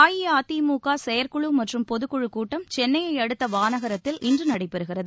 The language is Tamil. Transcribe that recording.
அஇஅதிமுக செயற்குழு மற்றும் பொதுக்குழுக் கூட்டம் சென்னையை அடுத்த வானகரத்தில் இன்று நடைபெறுகிறது